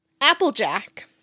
Applejack